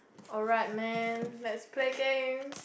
alright man let's play games